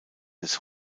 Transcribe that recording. des